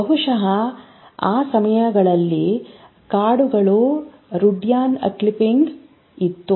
ಬಹುಶಃ ಆ ಸಮಯದಲ್ಲಿ ಕಾಡುಗಳು ರುಡ್ಯಾರ್ಡ್ ಕಿಪ್ಲಿಂಗ್ ಇತ್ತು